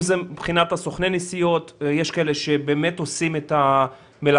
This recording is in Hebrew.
אם זה מבחינת סוכני הנסיעות; יש כאלה שבאמת עושים את המלאכה,